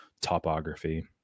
topography